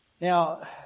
Now